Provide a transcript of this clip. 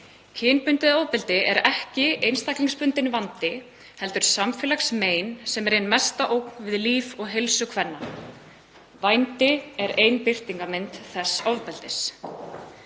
Kynbundið ofbeldi er ekki einstaklingsbundinn vandi heldur samfélagsmein sem er ein mesta ógn við líf og heilsu kvenna. Vændi er ein birtingarmynd þess ofbeldis.